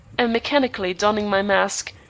and mechanically donning my mask,